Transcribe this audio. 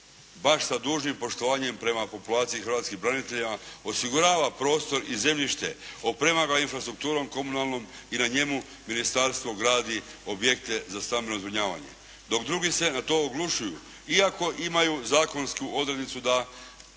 baš sa dužnim poštovanjem prema populaciji hrvatskih branitelja, osigurava prostor i zemljište, oprema ga infrastrukturom komunalnom i na njemu ministarstvo gradi objekte za stambeno zbrinjavanje, dok drugi se na to oglušju iako imaju zakonsku odrednicu da